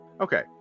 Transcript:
Okay